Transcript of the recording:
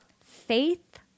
faith